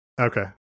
Okay